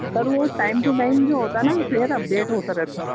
سر وہ time to time جو ہوتا ہے نا فیئر اپ ڈیٹ ہوتا رہتا ہے